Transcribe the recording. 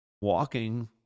walking